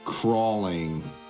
crawling